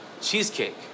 Cheesecake